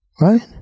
right